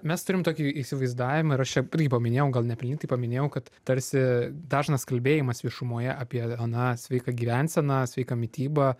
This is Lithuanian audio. mes turim tokį įsivaizdavimą ir aš čia irgi paminėjau gal nepelnytai paminėjau kad tarsi dažnas kalbėjimas viešumoje apie na sveiką gyvenseną sveiką mitybą